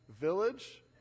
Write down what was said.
Village